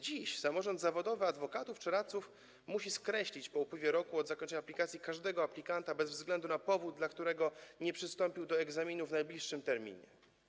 Dziś samorząd zawodowy adwokatów czy radców musi skreślić po upływie roku od zakończenia aplikacji każdego aplikanta bez względu na powód, dla którego nie przystąpił do egzaminu w najbliższym terminie.